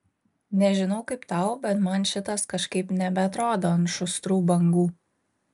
nežinau kaip tau bet man šitas kažkaip nebeatrodo ant šustrų bangų